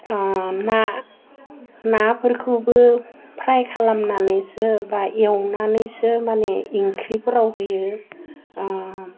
ना नाफोरखौबो फ्राइ खालामनानैसो बा एवनानैसो ओंख्रिफ्राव होयो